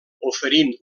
oferint